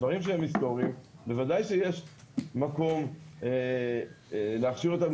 לדברים שהם היסטוריים בוודאי שיש מקום להכשיר אותם,